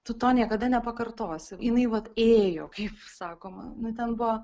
tu to niekada nepakartosi jinai vat ėjo kaip sakoma nu ten buvo